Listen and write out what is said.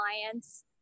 clients